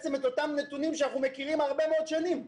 הנתונים שאנחנו מכירים הרבה מאוד שנים.